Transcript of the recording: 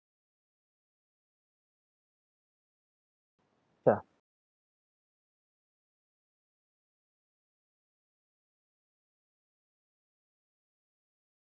sure